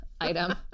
item